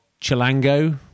Chilango